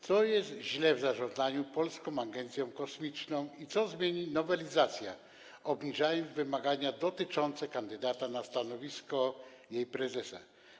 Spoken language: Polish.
Co jest źle w zarządzaniu Polską Agencją Kosmiczną i co zmieni nowelizacja, obniżając wymagania dotyczące kandydata na stanowisko jej prezesa?